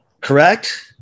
correct